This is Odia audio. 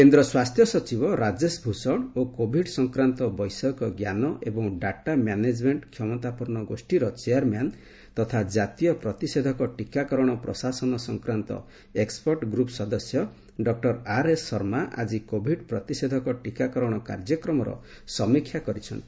କେନ୍ଦ୍ର ସ୍ୱାସ୍ଥ୍ୟ ସଚିବ ରାଜେଶ ଭୂଷଣ ଓ କୋବିଡ୍ ସଂକ୍ରାନ୍ତ ବୈଷୟିକ ଜ୍ଞାନ ଏବଂ ଡାଟା ମ୍ୟାନେଜ୍ମେଣ୍ଟ କ୍ଷମତାପନ୍ନ ଗୋଷୀର ଚେୟାରମ୍ୟାନ୍ ତଥା କାତୀୟ ପ୍ରତିଷେଧକ ଟିକାକରଣ ପ୍ରଶାସନ ସଂକ୍ରାନ୍ତ ଏକ୍ସପଟ୍ ଗ୍ରୁପ୍ ସଦସ୍ୟ ଡକ୍ଟର ଆର୍ଏସ୍ ଶର୍ମା ଆଜି କୋବିଡ୍ ପ୍ରତିଷେଧକ ଟିକାକରଣ କାର୍ଯ୍ୟକ୍ମର ସମୀକ୍ଷା କରିଛନ୍ତି